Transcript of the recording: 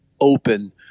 open